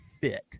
fit